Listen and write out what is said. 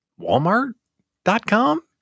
Walmart.com